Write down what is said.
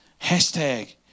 Hashtag